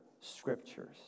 scriptures